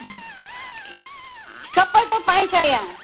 सब थोक पाइन्छ यहाँ